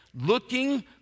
looking